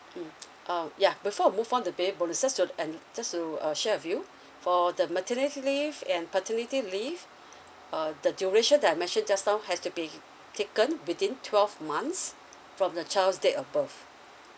mm um yeah before we move on to baby bonuses would and just to uh share with you for the maternity leave and paternity leave uh the duration that I mentioned just now has to be taken within twelve months from the child's date of birth